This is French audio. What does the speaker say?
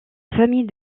famille